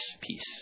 peace